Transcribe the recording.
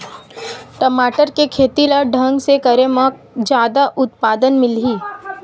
टमाटर के खेती ला कोन ढंग से करे म जादा उत्पादन मिलही?